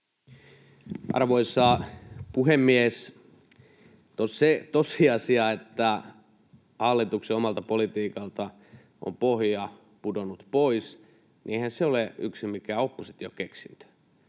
Arvoisa puhemies! Eihän se tosiasia, että hallituksen omalta politiikalta on pohja pudonnut pois, ole yksin mikään opposition keksintö.